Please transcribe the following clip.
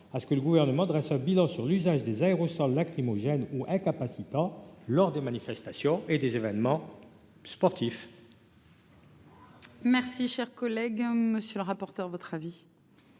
à ce que le gouvernement dresse un bilan sur l'usage des aérosols lacrymogènes ou incapacitants lors des manifestations et des événements sportifs. Merci, chers collègue monsieur le rapporteur, votre avis.